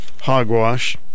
hogwash